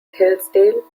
hillsdale